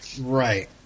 Right